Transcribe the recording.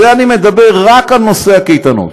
ואני מדבר רק על נושא הקייטנות.